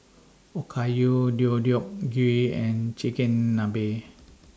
Okayu Deodeok Gui and Chigenabe